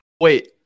Wait